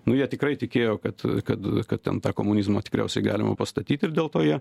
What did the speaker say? nu jie tikrai tikėjo kad kad kad ten tą komunizmą tikriausiai galima pastatyt ir dėl to jie